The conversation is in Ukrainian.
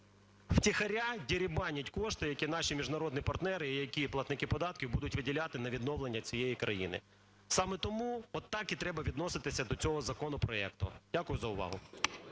втихаря дерибанити кошти, які наші міжнародні партнери і які платники податків будуть виділяти на відновлення цієї країни. Саме тому отак і треба відноситися до цього законопроекту. Дякую за увагу.